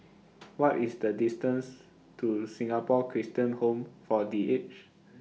What IS The distance to Singapore Christian Home For The Aged